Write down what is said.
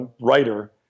writer